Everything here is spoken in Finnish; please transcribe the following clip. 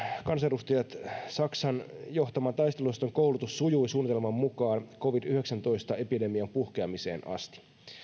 kansanedustajat saksan johtaman taisteluosaston koulutus sujui suunnitelman mukaan covid yhdeksäntoista epidemian puhkeamiseen asti